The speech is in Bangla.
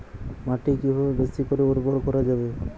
মাটি কিভাবে বেশী করে উর্বর করা যাবে?